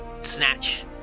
snatch